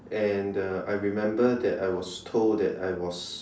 and uh I remembered that I was told that I was